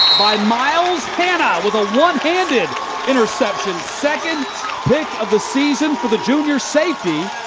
by myles hanna with a one-handed interception! second pick of the season for the junior safety.